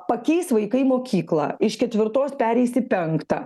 pakeis vaikai mokyklą iš ketvirtos pereis į penktą